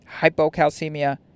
hypocalcemia